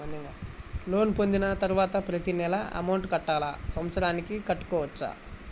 Loan పొందిన తరువాత ప్రతి నెల అమౌంట్ కట్టాలా? సంవత్సరానికి కట్టుకోవచ్చా?